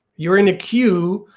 you are in a queue,